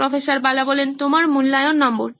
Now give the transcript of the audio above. প্রফ্ বালা তোমার মূল্যায়ন নম্বর